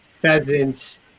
pheasants